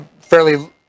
fairly